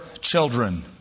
children